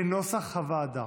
כנוסח הוועדה.